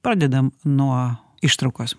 pradedam nuo ištraukos